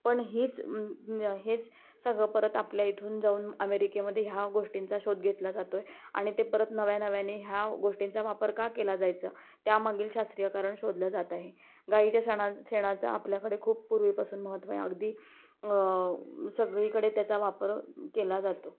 पण हीच हेच सगळं परत आपल्या इथून जाऊन अमेरिकेमध्ये हया गोष्टींचा शोध घेतला जातोय आणि ते परत नव्या नव्याने हया गोष्टींचा वापर का केला जायचां त्यामागील शास्त्रीय कारण शोधलं जात आहे गाईच्या शणा शेणाचा आपल्याकडे खूप पूर्वीपासून महत्त्व अगदी सगळीकडे त्याचा वापर केला जातो